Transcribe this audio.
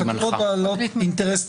בחקירות בעלות אינטרס ציבורי,